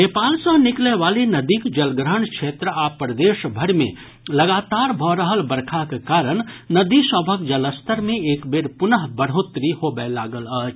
नेपाल सँ निकलयवाली नदीक जलग्रहण क्षेत्र आ प्रदेश भरि मे लगातार भऽ रहल बरखाक कारण नदी सभक जलस्तर मे एक बेर पुनः बढ़ोतरी होबय लागल अछि